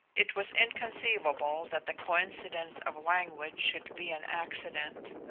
it was inconceivable that the coincidence of language should be an accident.